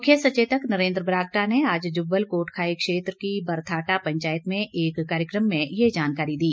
मुख्य सचेतक नरेंद्र बरागटा ने आज जुब्बल कोटखाई क्षेत्र की बरथाटा पंचायत में एक कार्यक्रम में ये जानकारी दी